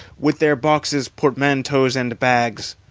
with their boxes, portmanteaus, and bags